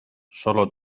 solo